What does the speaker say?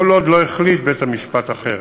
כל עוד לא החליט בית-המשפט אחרת.